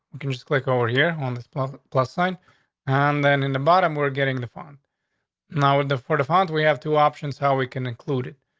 can just click over here on this public plus sign on, then in the bottom. we're getting the phone now with the forty funds, we have two options. how we can include it.